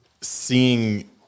seeing